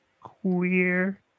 queer